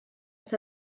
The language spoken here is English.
with